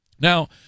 Now